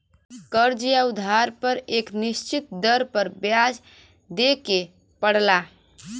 कर्ज़ या उधार पर एक निश्चित दर पर ब्याज देवे के पड़ला